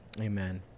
Amen